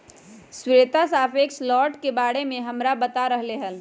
श्वेता सापेक्ष लौटे के बारे में हमरा बता रहले हल